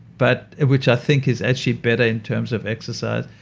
but which i think is actually better in terms of exercise.